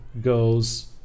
goes